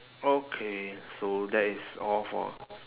okay so that is all for